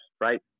right